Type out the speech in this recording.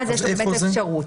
אז יש לו באמת את האפשרות.